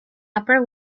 upper